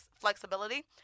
flexibility